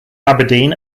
aberdeen